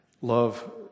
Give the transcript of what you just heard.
love